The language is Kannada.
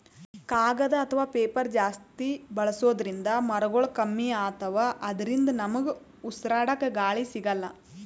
ಕಾಗದ್ ಅಥವಾ ಪೇಪರ್ ಜಾಸ್ತಿ ಬಳಸೋದ್ರಿಂದ್ ಮರಗೊಳ್ ಕಮ್ಮಿ ಅತವ್ ಅದ್ರಿನ್ದ ನಮ್ಗ್ ಉಸ್ರಾಡ್ಕ ಗಾಳಿ ಸಿಗಲ್ಲ್